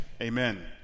Amen